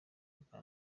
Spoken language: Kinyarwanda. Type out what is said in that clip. bwa